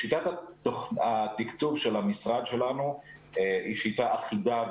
שיטת התקצוב של המשרד שלנו היא שיטה אחידה,